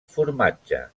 formatge